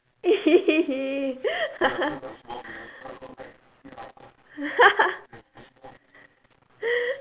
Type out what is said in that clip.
!ee!